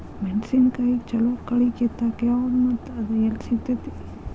ಮೆಣಸಿನಕಾಯಿಗ ಛಲೋ ಕಳಿ ಕಿತ್ತಾಕ್ ಯಾವ್ದು ಮತ್ತ ಅದ ಎಲ್ಲಿ ಸಿಗ್ತೆತಿ?